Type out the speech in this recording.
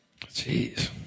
Jeez